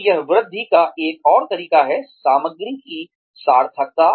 तो यह वृद्धि का एक और तरीका है सामग्री की सार्थकता